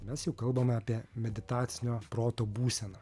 mes jau kalbame apie meditacinio proto būseną